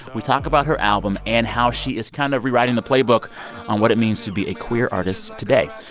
we talk about her album and how she is kind of rewriting the playbook on what it means to be a queer artist today.